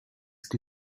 que